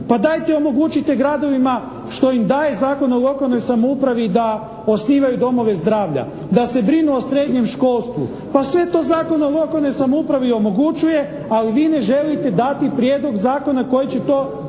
Pa dajte omogućite gradovima što im daje Zakon o lokalnoj samoupravi, da osnivaju domove zdravlja, da se brinu o srednjem školstvu. Pa sve to Zakon o lokalnoj samoupravi omogućuje, ali vi ne želite dati prijedlog zakona koji će to